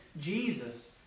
Jesus